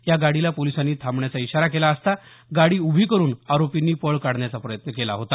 या गाडीला पोलिसांनी थांबण्याचा इशारा केला असता गाडी उभी करून आरोपींनी पळ काढण्याचा प्रयत्न केला होता